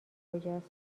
کجاست